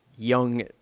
Young